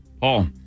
Paul